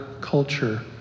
culture